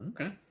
Okay